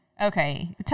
Okay